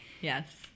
Yes